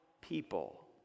people